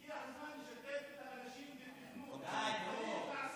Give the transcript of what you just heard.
הגיע הזמן לשתף את האנשים בתכנון, די, נו.